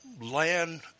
land